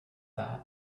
that